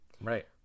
right